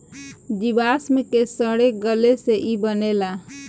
जीवाश्म के सड़े गले से ई बनेला